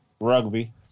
Rugby